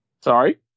sorry